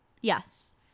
Yes